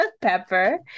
pepper